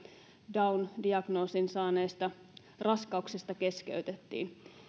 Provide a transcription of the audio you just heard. down diagnoosin saaneista raskauksista keskeytettiin